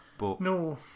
No